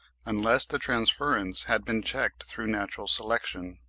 unless the transference had been checked through natural selection.